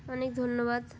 অনেক ধন্যবাদ